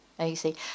easy